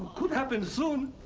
could happen soon.